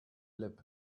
lip